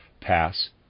pass